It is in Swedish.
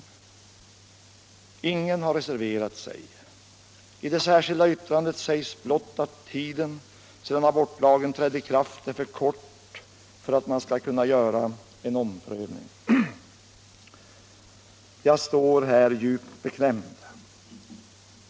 Ingen har reserverat sig. I det särskilda yttrandet sägs blott att den tid som förflutit sedan den nya abortlagen trädde i kraft är för kort för att en omprövning av principerna skall kunna göras. Jag står här djupt beklämd.